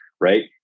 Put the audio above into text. right